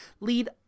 lead